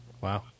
Wow